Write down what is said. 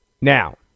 Now